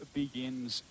begins